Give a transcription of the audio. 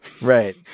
right